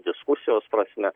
diskusijos prasme